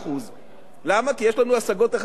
כי יש לנו השגות אחרות על מדיניות הממשלה.